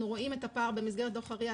אנחנו רואים את הפער במסגרת דוח ה-RIA,